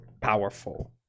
powerful